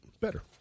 better